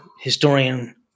historian